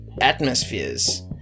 atmospheres